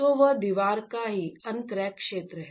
तो वह दीवार का ही अनक्रैक क्षेत्र है